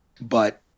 but-